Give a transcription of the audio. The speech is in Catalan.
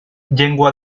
llengua